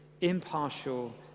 impartial